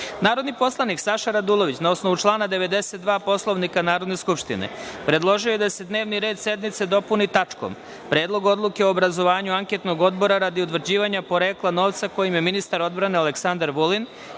predlog. Narodni poslanik Saša Radulović, na osnovu člana 92. Poslovnika Narodne skupštine, predložio je da se dnevni red sednice dopuni tačkom – Predlog odluke o obrazovanju anketnog odbora radi utvrđivanja porekla novca kojim je ministar odbrane Aleksandar Vulin